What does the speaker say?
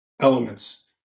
elements